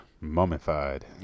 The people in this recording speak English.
Mummified